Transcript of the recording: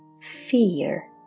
fear